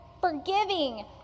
forgiving